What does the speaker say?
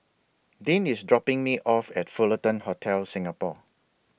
Dean IS dropping Me off At Fullerton Hotel Singapore